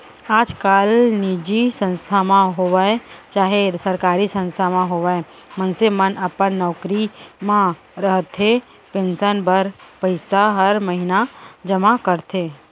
आजकाल निजी संस्था म होवय चाहे सरकारी संस्था म होवय मनसे मन अपन नौकरी म रहते पेंसन बर पइसा हर महिना जमा करथे